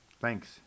Thanks